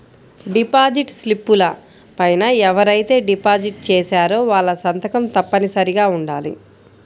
deposit స్లిపుల పైన ఎవరైతే డిపాజిట్ చేశారో వాళ్ళ సంతకం తప్పనిసరిగా ఉండాలి